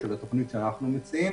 התוכנית שאנחנו מציעים,